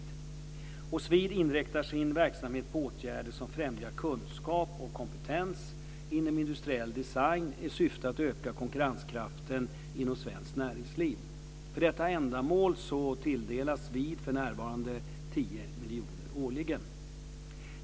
SVID inriktar sin verksamhet på åtgärder som främjar kunskap och kompetens inom industriell design i syfte att öka konkurrenskraften inom svenskt näringsliv. För detta ändamål tilldelas SVID för närvarande 10 miljoner årligen.